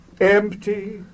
Empty